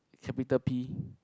capital P